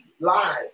live